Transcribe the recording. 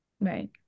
Right